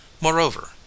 moreover